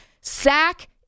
sack